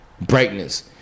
brightness